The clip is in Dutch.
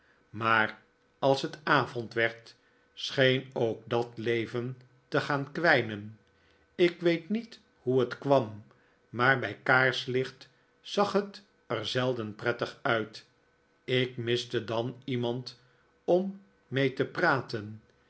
maar als het avond werd scheen ook dat leven te gaan kwijnen ik weet niet hoe het kwam maar bij kaarslicht zag het er zelden prettig uit ik miste dan iemand om mee te praten